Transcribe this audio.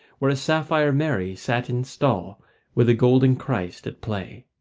where a sapphire mary sat in stall with a golden christ at play.